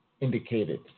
indicated